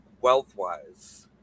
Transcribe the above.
wealth-wise